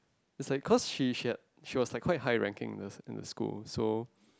it's like cause she she had she was like quite high ranking in the in the school so